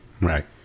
Right